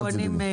אל תדאגי.